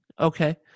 Okay